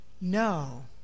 no